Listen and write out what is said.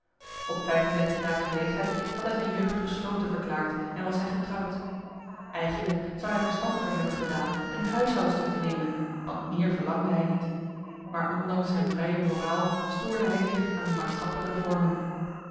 op vijf en dertig jarige leeftijd had hij zijn jeugd gesloten verklaard en was hij getrouwd eigenlijk zou hij verstandiger hebben gedaan een huishoudster te nemen want meer verlangde hij niet maar ondanks zijn vrije moraal stoorde hij zich aan de maatschappelijke vormen